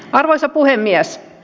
arvoisa puhemies